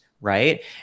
right